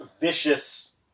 vicious